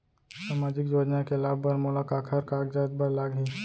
सामाजिक योजना के लाभ बर मोला काखर कागजात बर लागही?